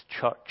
church